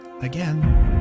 again